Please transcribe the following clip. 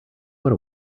what